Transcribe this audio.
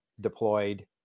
deployed